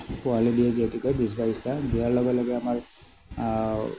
পোৱালি দিয়ে যিহেতুকে বিছ বাইছটা দিয়াৰ লগে লগে আমাৰ